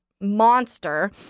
monster